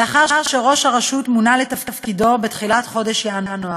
לאחר שראש הרשות מונה לתפקידו בתחילת חודש ינואר.